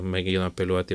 mėgino apeliuoti